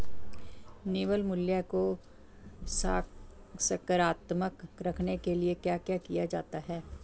निवल मूल्य को सकारात्मक रखने के लिए क्या क्या किया जाता है?